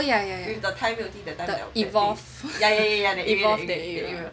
oh ya ya ya the evolve the evolve that area